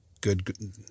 Good